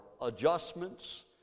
adjustments